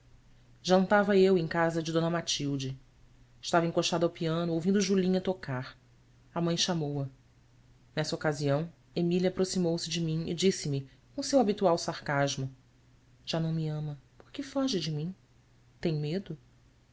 jantava eu em casa de d matilde estava encostado ao piano ouvindo julinha tocar a mãe chamou-a nessa ocasião emília aproximou-se de mim e disse-me com o seu habitual sarcasmo á não me ama por que foge de mim tem medo